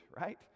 right